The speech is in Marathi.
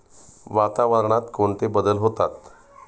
वातावरणात कोणते बदल होतात?